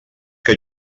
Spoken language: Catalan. que